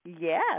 Yes